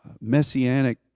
messianic